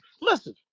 Listen